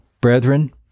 Brethren